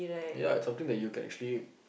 ya it's something that you can actually